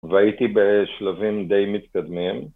והייתי בשלבים די מתקדמים